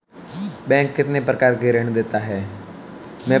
Bank कितने प्रकार के ऋण देता है?